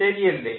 ശരിയല്ലേ